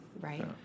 Right